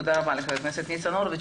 תודה רבה, חבר הכנסת ניצן הורוביץ.